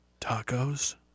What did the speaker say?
Tacos